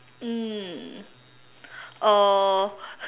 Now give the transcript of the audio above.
mm uh